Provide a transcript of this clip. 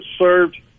served